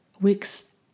weeks